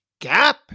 gap